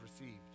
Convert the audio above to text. received